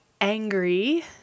angry